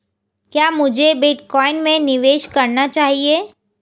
क्या मुझे बिटकॉइन में निवेश करना चाहिए?